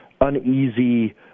Uneasy